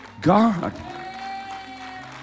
God